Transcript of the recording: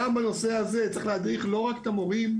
גם בנושא הזה צריך להדריך לא רק את המורים,